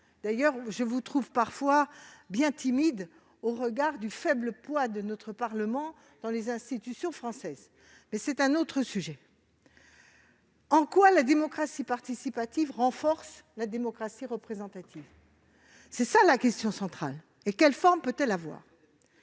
collègues, je vous trouve parfois bien timides au regard du faible poids de notre Parlement dans les institutions françaises ! Mais c'est un autre sujet. En quoi la démocratie participative renforce-t-elle la démocratie représentative ? Voilà la question centrale. Quelles formes peut-elle prendre ?